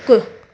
हिकु